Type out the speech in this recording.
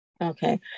Okay